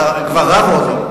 אתה כבר רב או עוד לא?